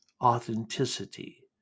authenticity